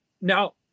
now